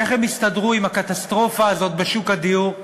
איך הם יסתדרו עם הקטסטרופה הזאת בשוק הדיור?